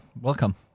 Welcome